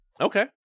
Okay